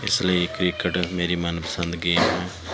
ਇਸ ਲਈ ਕ੍ਰਿਕੇਟ ਮੇਰੀ ਮਨਪਸੰਦ ਗੇਮ ਹੈ